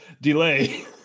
delay